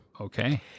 Okay